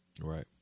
Right